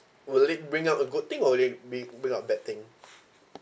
will it bring out a good thing or will it b~ bring out bad thing